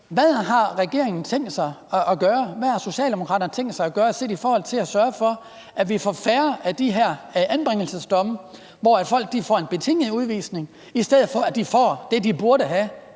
hvad har Socialdemokraterne tænkt sig at gøre for at sørge for, at vi får færre af de her anbringelsesdomme, hvor folk får en betinget udvisning i stedet for at få det, som de burde have,